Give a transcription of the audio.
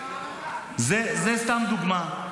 --- זו סתם דוגמה.